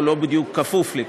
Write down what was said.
הוא לא בדיוק כפוף לי,